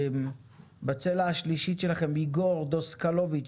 בצלע השלישית שלכם איגור דוסקלוביץ,